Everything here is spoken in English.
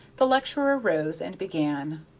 the lecturer rose and began.